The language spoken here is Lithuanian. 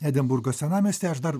edinburgo senamiestį aš dar